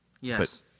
Yes